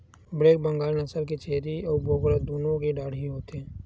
black Bengal नसल के छेरी अउ बोकरा दुनो के डाढ़ही होथे